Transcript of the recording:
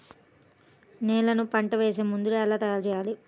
నేలను పంట వేసే ముందుగా ఎలా తయారుచేయాలి?